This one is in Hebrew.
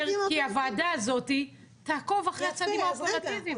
כי הוועדה הזאת תעקוב אחרי הצעדים האופרטיביים,